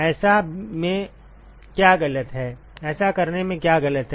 ऐसा करने में क्या गलत है